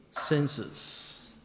senses